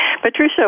Patricia